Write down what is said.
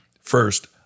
first